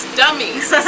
dummies